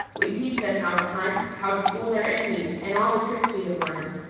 we teach them how to hunt, how to fool their enemies, and all the tricks we have learned.